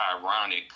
ironic